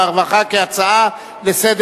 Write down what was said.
העבודה, הרווחה והבריאות כהצעה לסדר-היום.